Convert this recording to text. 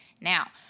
Now